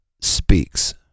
speaks